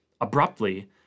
Abruptly